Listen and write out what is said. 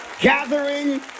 gathering